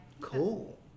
Cool